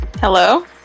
Hello